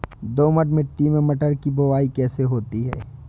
दोमट मिट्टी में मटर की बुवाई कैसे होती है?